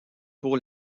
pour